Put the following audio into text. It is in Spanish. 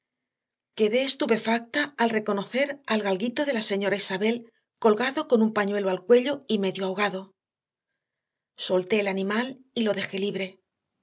quedé estupefacta al reconocer al galguito de la señorita isabel colgado con un pañuelo al cuello y medio ahogado solté el animal y lo dejé libre